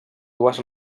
dues